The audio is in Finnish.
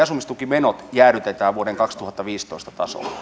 asumistukimenot jäädytetään vuoden kaksituhattaviisitoista tasolle